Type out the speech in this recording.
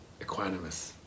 equanimous